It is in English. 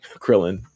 Krillin